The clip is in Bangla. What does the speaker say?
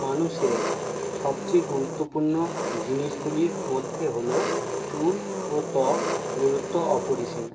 মানুষের সবচেয়ে গুরুত্বপূর্ণ জিনিসগুলির মধ্যে হলো চুল ও ত্বক গুরুত্ব অপরিসীম